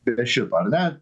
be šito ar ne